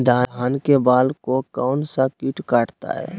धान के बाल को कौन सा किट काटता है?